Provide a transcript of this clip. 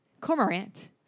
Cormorant